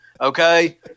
Okay